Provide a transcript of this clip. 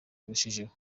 birushijeho